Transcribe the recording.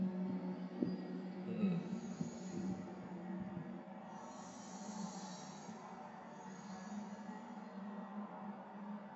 mm